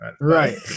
Right